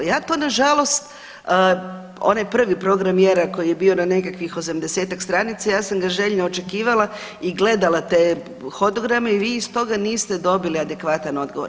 Ja to, nažalost, onaj prvi Program mjera koji je bio na nekakvih 80-tak stranica, ja sam ga željno očekivala i gledala te hodograme i vi iz toga niste dobili adekvatan odgovor.